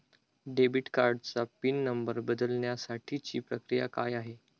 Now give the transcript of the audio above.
Debit कार्डचा PIN number बदलण्यासाठीची प्रक्रिया काय आहे?